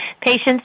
patients